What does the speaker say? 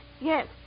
Yes